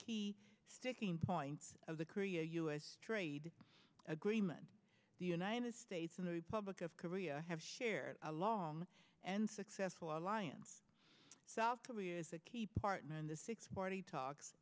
key sticking points of the korea u s trade agreement the united states and the republic of korea have shared a long and successful alliance south korea is a key partner in the six party talks